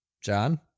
John